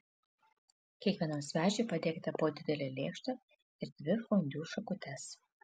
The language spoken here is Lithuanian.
kiekvienam svečiui padėkite po didelę lėkštę ir dvi fondiu šakutes